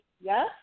yes